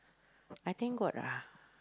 I thank god ah